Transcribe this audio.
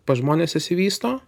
pas žmones išsivysto